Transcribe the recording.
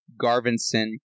Garvinson